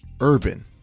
urban